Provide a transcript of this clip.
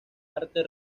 arte